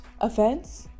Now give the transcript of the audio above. offense